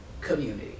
community